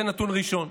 זה נתון ראשון.